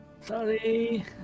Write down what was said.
Sorry